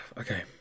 Okay